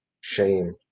Shame